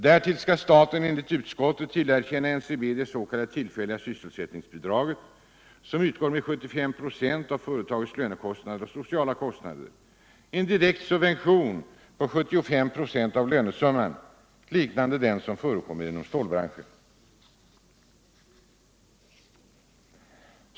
Därtill skall staten enligt utskottets mening tillerkänna NCB det s.k. tillfälliga sysselsättningsbidraget, som utgår med 75 96 av företagets lönekostnader och sociala kostnader —alltså en direkt subvention av 75 96 av lönesumman liknande den som förekommer inom stålbranschen.